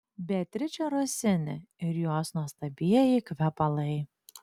beatričė rosini ir jos nuostabieji kvepalai